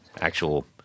actual